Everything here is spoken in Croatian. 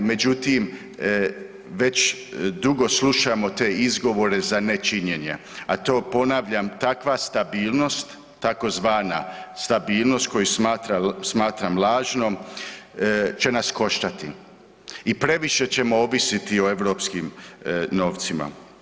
Međutim, već dugo slušamo te izgovore za nečinjenje, a to ponavljam takva stabilnost tzv. stabilnost koju smatram lažnom će nas koštati i previše ćemo ovisiti o europskim novcima.